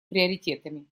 приоритетами